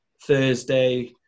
Thursday